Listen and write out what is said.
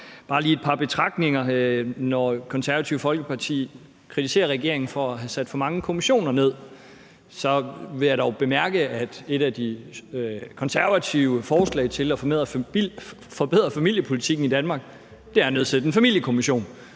bare lige et par betragtninger, når Det Konservative Folkeparti kritiserer regeringen for at have nedsat for mange kommissioner. Så vil jeg dog bemærke, at et af de konservative forslag til at forbedre familiepolitikken i Danmark er at nedsætte en familiekommission.